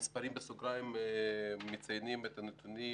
המספרים בסוגריים מציינים את הנתונים